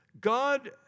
God